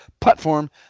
platform